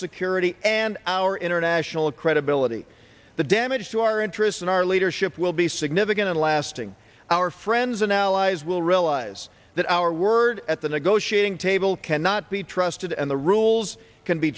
security and our international credibility the damage to our interests and our leadership will be significant and lasting our friends and allies will realize that our word at the negotiating table cannot be trusted and the rules can be